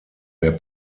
der